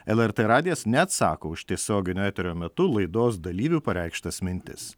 lrt radijas neatsako už tiesioginio eterio metu laidos dalyvių pareikštas mintis